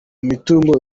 mitungo